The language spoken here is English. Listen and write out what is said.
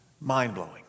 Mind-blowing